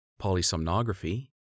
polysomnography